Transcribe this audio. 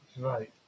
Right